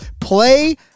play